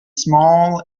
small